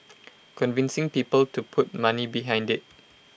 convincing people to put money behind IT